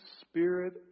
Spirit